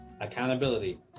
accountability